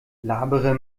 labere